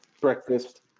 breakfast